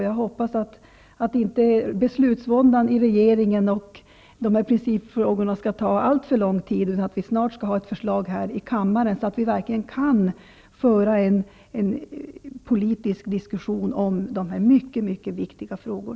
Jag hoppas att inte beslutsvåndan i regeringen och behandlingen av dessa principfrågor skall ta alltför lång tid, utan att vi snart skall ha ett förslag här i kammaren, så att vi kan föra en politisk diskussion om dessa mycket viktiga frågor.